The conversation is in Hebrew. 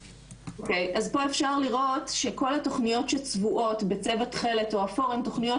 פה אפשר לראות שכל התוכניות שצבועות בצבע תכלת או אפור הן תוכניות